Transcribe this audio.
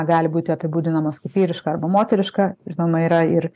gali būti apibūdinamas kaip vyriška arba moteriška žinoma yra ir